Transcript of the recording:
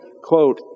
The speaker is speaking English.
quote